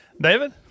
David